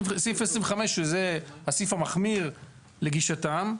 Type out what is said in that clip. סעיף 25 שזה הסעיף המחמיר לגישתם,